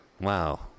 Wow